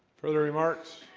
further remarks